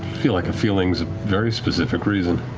feel like a feeling's a very specific reason.